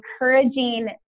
encouraging